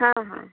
ହଁ ହଁ